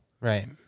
Right